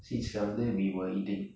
seats வந்து:vanthu we were eating